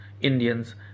Indians